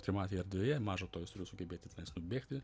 trimatėje erdvėje maža to jis turi sugebėti nubėgti